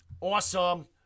Awesome